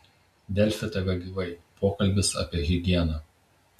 delfi tv gyvai pokalbis apie higieną